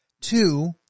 two